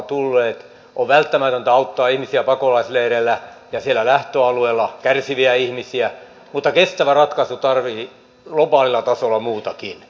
on välttämätöntä auttaa ihmisiä pakolaisleireillä ja siellä lähtöalueilla kärsiviä ihmisiä mutta kestävä ratkaisu tarvitsee globaalilla tasolla muutakin